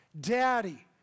Daddy